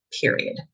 period